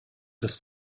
des